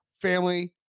family